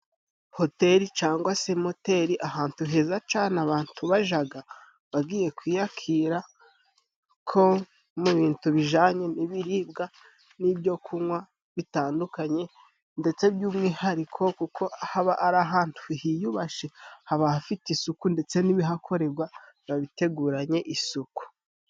Hoteri cangwa se Moteri，ahantu heza cane abantu bajaga， bagiye kwiyakira，kuko mu bintu bijanye n'ibiribwa n'ibyo kunywa bitandukanye， ndetse by'umwihariko kuko haba ari ahantu hiyubashe，haba hafite isuku，ndetse n'ibihakorerwa biba biteguranye isuku.